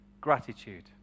gratitude